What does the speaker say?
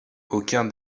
aucun